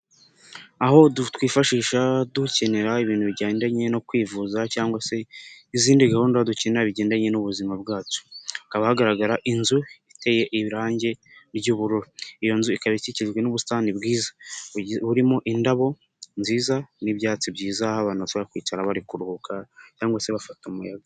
Aho twifashisha dukenera ibintu bijyandanye no kwivuza cyangwa se izindi gahunda dukenera bigendanye n'ubuzima bwacu, hakaba hagaragara inzu iteye irangi ry'ubururu ,iyo nzu ikaba ikikijwe n'ubusitani bwiza burimo indabo nziza n'ibyatsi byiza, aho abantu bashobora kwicara bari kuruhuka cyangwa se bafata umuyaga.